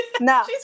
No